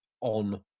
on